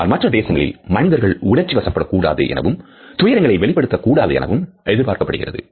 ஆனால் மற்ற தேசங்களில் மனிதர்கள் உணர்ச்சி வசப்படக் கூடாது எனவும் துயரங்களை வெளிப்படுத்தக் கூடாது எனவும் எதிர்பார்க்கப்படுகிறது